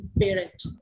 parent